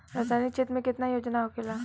सामाजिक क्षेत्र में केतना योजना होखेला?